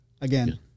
again